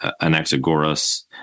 Anaxagoras